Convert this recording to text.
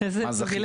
תודה